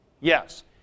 Yes